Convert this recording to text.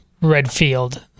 Redfield